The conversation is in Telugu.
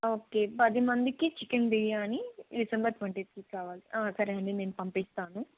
ఓకే పదిమందికి చికెన్ బిర్యానీ డిసెంబర్ ట్వంటిత్కి కావాలి సరే అండి నేను పంపిస్తాను